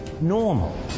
normal